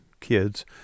kids